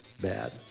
bad